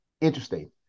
interesting